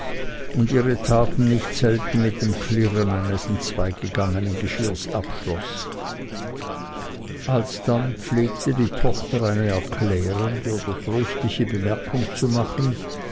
und ihre taten nicht selten mit dem klirren eines entzweigegangenen geschirres abschloß alsdann pflegte die tochter eine erklärende oder tröstliche bemerkung zu machen